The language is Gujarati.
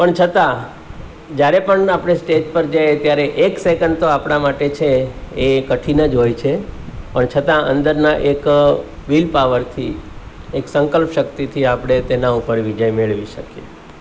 પણ છતાં જ્યારે પણ આપણે સ્ટેજ પર જઈએ ત્યારે એક સેકંડ તો આપણા માટે છે એ કઠિન જ હોય છે પણ છતાં અંદરના એક વિલ પાવરથી એક સંકલ્પશક્તિથી આપણે તેના ઉપર વિજય મેળવી શકીએ